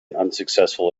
unsuccessful